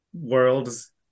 worlds